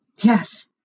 Yes